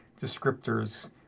descriptors